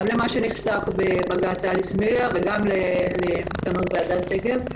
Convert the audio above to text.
גם למה שנפסק בבג"ץ אליס מילר וגם למסקנות ועדת שגב.